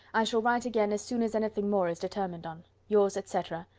i shall write again as soon as anything more is determined on. yours, etc,